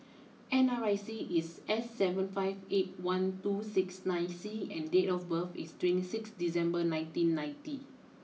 N R I C is S seven five eight one two six nine C and date of birth is twenty six December nineteen ninety